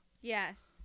Yes